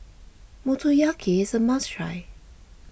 Motoyaki is a must try